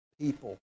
people